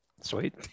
Sweet